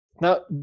Now